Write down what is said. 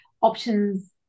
options